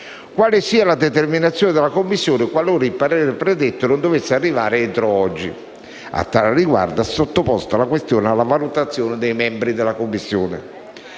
quale sia la determinazione della Commissione qualora il parere predetto non dovesse arrivare entro oggi». A tale riguardo ha sottoposto la questione alla valutazione dei membri della Commissione.